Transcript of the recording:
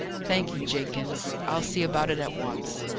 thank you, jenkins i'll see about it at once.